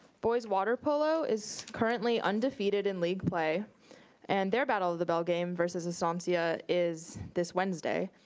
boys water polo is currently undefeated in league play and their battle of the bell game versus estancia is this wednesday.